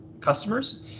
customers